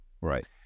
Right